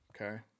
Okay